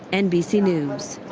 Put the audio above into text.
nbc news.